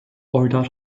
oylar